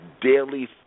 daily